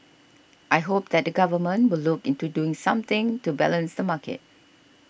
I hope that the Government will look into doing something to balance the market